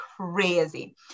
crazy